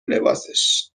لباسش